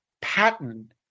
patent